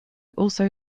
also